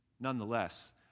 Nonetheless